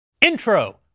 Intro